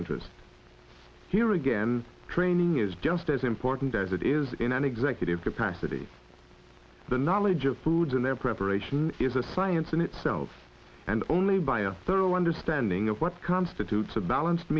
interest here again training is just as important as it is in an executive capacity the knowledge of foods and their preparation is a science in itself and only by a thorough understanding of what constitutes a balanced